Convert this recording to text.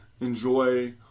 Enjoy